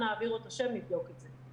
אנא העבירו את השם, נבדוק את זה.